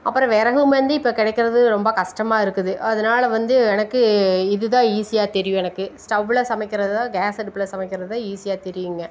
அப்புறம் விறகும் வந்து இப்போ கிடைக்கிறது ரொம்ப கஷ்டமாக இருக்குது அதனால் வந்து எனக்கு இதுதான் ஈஸியா தெரியும் எனக்கு ஸ்டவ்வில் சமைக்கிறதுதான் கேஸ் அடுப்பில் சமைக்கிறதுதான் ஈஸியா தெரியுங்க